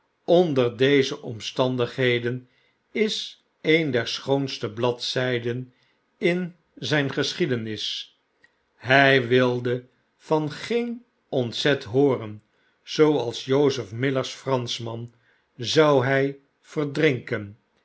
onder deze omstandigheden is een der schoonste bladzyden in zyn geschiedenis hj wilde van geen ontzet hooren zooals joseph i f mmimp mmmm i mw w onze kerkeraad miller's franschman zou hy verdrinken